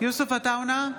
יוסף עטאונה,